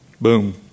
boom